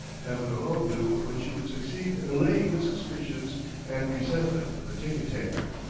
heaven alone knew when she would succeed in allaying the suspicions and resentment of the ticket-taker.